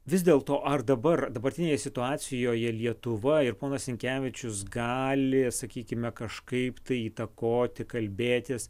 vis dėlto ar dabar dabartinėje situacijoje lietuva ir ponas sinkevičius gali sakykime kažkaip tai įtakoti kalbėtis